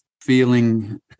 feeling